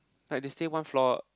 like they stay one floor